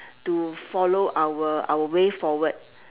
to follow our our way forward